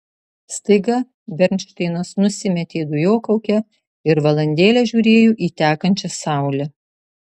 staiga bernšteinas nusimetė dujokaukę ir valandėlę žiūrėjo į tekančią saulę